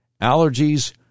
allergies